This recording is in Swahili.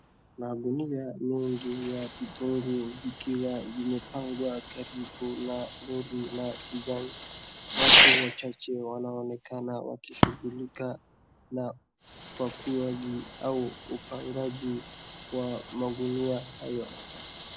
Mangunia mengi ya vitunguu vikiwa vimepangwa karibu na lori la kijani, watu wachache wanaonekana wakishughulika na upakuaji au upangakaji wa mangunia hayo.